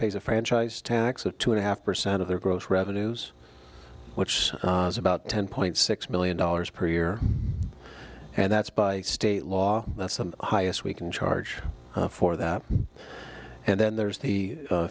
pays a franchise tax of two and a half percent of their gross revenues which is about ten point six billion dollars per year and that's by state law that's some highest we can charge for that and then there's the